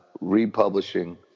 republishing